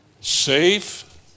safe